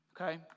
Okay